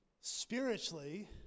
Spiritually